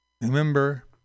remember